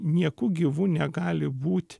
nieku gyvu negali būt